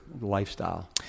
lifestyle